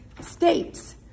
states